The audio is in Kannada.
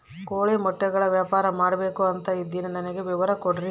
ಕೋಳಿ ಮೊಟ್ಟೆಗಳ ವ್ಯಾಪಾರ ಮಾಡ್ಬೇಕು ಅಂತ ಇದಿನಿ ನನಗೆ ವಿವರ ಕೊಡ್ರಿ?